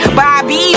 Bobby